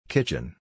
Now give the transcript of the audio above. Kitchen